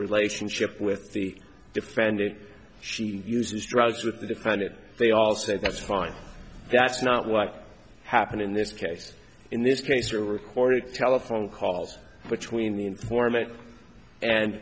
relationship with the defendant she uses drugs with the defend it they all say that's fine that's not what happened in this case in this case or recorded telephone calls between the informant and